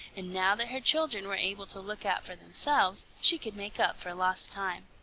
and now that her children were able to look out for themselves she could make up for lost time.